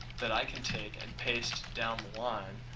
that i can take, and paste down the line